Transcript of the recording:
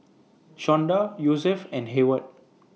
Shawnda Josef and Heyward